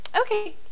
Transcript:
okay